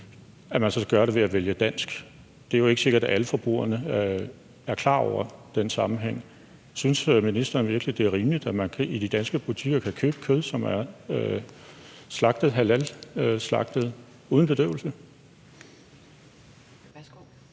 at man kan gøre det ved at købe dansk. Det er jo ikke sikkert, at alle forbrugerne er klar over den sammenhæng. Synes ministeren virkelig, det er rimeligt, at man i de danske butikker kan købe kød, som er halalslagtet uden bedøvelse?